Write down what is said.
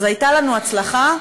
אז הייתה לנו הצלחה,